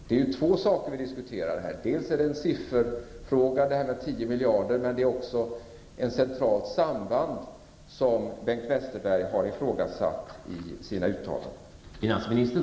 Det är två saker som vi diskuterar här: dels en sifferfråga, som gäller 10 miljarder, dels det centrala samband som Bengt Westerberg har ifrågasatt i sina uttalanden.